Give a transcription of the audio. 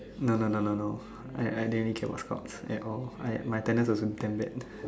no no no no no I rarely came for Scouts at all my attendance was damn bad